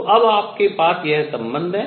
तो अब आपके पास यह सम्बन्ध है